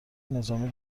نظامی